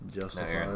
Justified